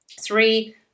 Three